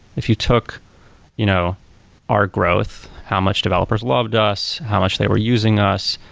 if you took you know our growth, how much developers loved us, how much they were using us,